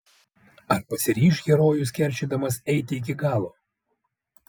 ar pasiryš herojus keršydamas eiti iki galo